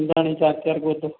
എന്താണ് ഈ ചാക്യാർക്കൂത്ത്